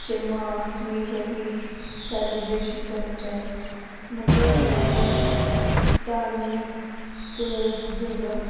जन्माष्टमी पर बी सैलीब्रेशन करने चाहिदे मतलब अपने अपने धार्मिक जगह